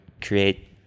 create